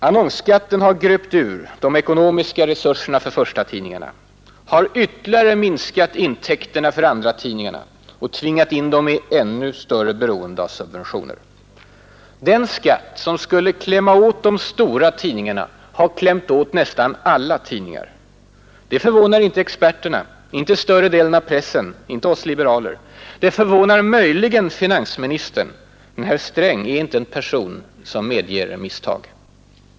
Annonsskatten har gröpt ur de ekonomiska resurserna för förstatidningarna, har ytterligare minskat intäkterna för andratidningarna och tvingat in dem i ett ännu större beroende av subventioner. Den skatt som skulle ”klämma åt” de stora tidningarna har klämt åt nästan alla tidningar. Det förvånar inte experterna, inte större delen av pressen, inte oss liberaler. Det förvånar möjligen finansministern, men herr Sträng är inte en person som medger misstag.